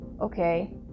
okay